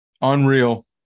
unreal